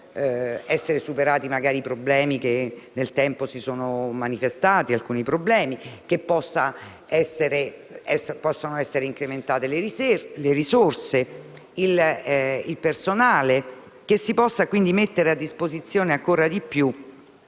essere superati i problemi che nel tempo si sono manifestati, possano essere implementate le risorse e il personale e si possa quindi mettere a disposizione, ancora di più,